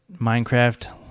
Minecraft